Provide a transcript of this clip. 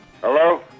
Hello